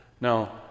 Now